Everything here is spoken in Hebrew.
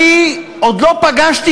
אני עוד לא פגשתי,